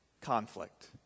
conflict